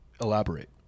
elaborate